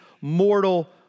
mortal